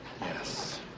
yes